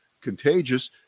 contagious